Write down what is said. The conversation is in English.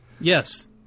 yes